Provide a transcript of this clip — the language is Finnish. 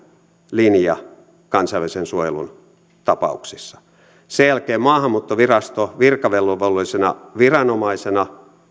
linja kansainvälisen suojelun tapauksissa sen jälkeen maahanmuuttovirasto virkavelvollisena viranomaisena